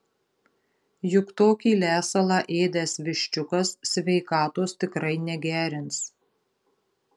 juk tokį lesalą ėdęs viščiukas sveikatos tikrai negerins